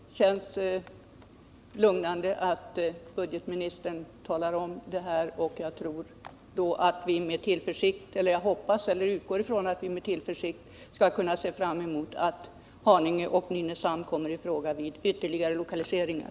Herr talman! Det känns lugnande att budgetoch ekonomiministern talar om det här, och jag utgår från att vi med tillförsikt skall kunna se fram emot att Haninge och Nynäshamn kommer i fråga vid ytterligare lokaliseringar.